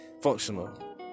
functional